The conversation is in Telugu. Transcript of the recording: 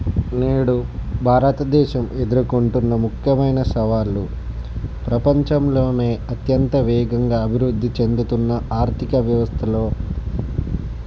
నేడు భారతదేశం ఎదుర్కొంటున్న ముఖ్యమైన సవాళ్ళు ప్రపంచంలో అత్యంత వేగంగా అభివృద్ధి చెందుతున్న ఆర్థిక వ్యవస్థలో